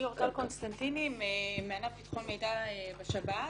אני אורטל קונסטנטיני מענף ביטחון מידע בשב"ס.